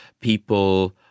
people